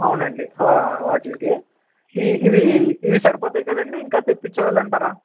అవునండి వాటికి ఇవి ఇవి సరిపోతాయి కదండి ఇంకా తెప్పించాలంటారా